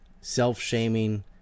self-shaming